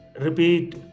Repeat